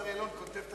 השר יעלון כותב נאומים,